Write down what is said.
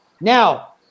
now